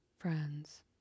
Friends